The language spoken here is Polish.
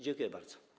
Dziękuję bardzo.